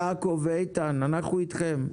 יעקב ואיתן, אנחנו אתכם,